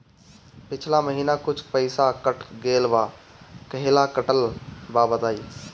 पिछला महीना कुछ पइसा कट गेल बा कहेला कटल बा बताईं?